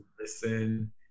listen